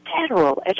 federal